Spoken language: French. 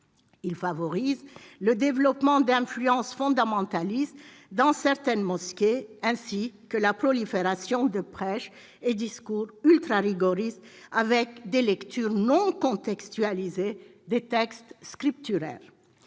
Ils favorisent le développement d'influences fondamentalistes dans certaines mosquées, ainsi que la prolifération de prêches et discours ultra-rigoristes, inspirés par des lectures non contextualisées des textes scripturaires.